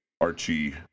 Archie